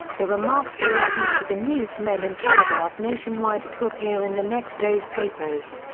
the remarks were issued to the newsmen and telegraphed nationwide to appear in the next day's papers.